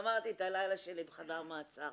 וגמרתי את הלילה בחדר מעצר